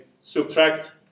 subtract